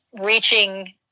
reaching